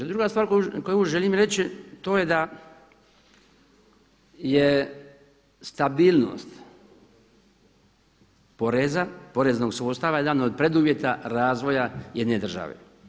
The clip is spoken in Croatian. A druga stvar koju želim reći to je da je stabilnost poreza, poreznog sustava jedan od preduvjeta razvoja jedne države.